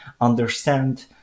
understand